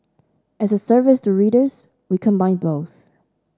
as a service to readers we combine both